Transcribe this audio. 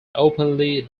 openly